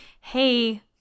hey